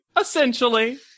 Essentially